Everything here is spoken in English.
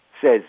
says